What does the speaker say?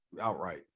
outright